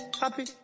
happy